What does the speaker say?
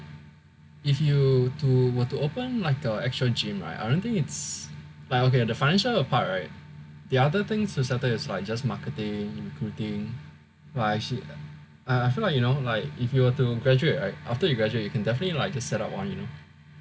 if you to were to open like a actual gym right I don't think it's like okay the financial part right the other thing to settle is like just marketing cooking I feel like you know like if you were to graduate right after you graduate you can definitely like just set up one you know